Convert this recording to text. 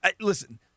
listen